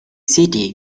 city